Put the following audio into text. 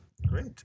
Great